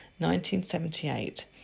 1978